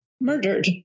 murdered